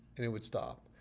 and it would stop,